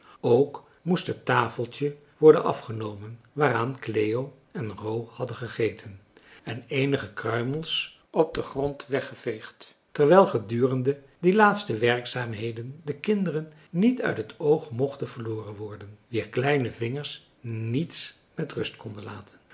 ook moest het tafeltje worden afgenomen waaraan cleo en ro hadden gegeten en eenige kruimels op den grond weggeveegd terwijl gedurende die laatste werkzaamheden de kinderen niet uit het oog mochten verloren worden wier kleine vingers niets met rust konden laten